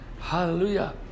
Hallelujah